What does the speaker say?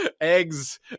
Eggs